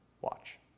watch